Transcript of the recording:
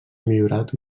millorat